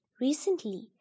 Recently